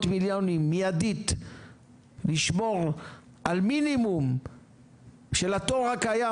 מיליונים מיידית לשמור על מינימום של התור הקיים